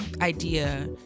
idea